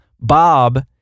bob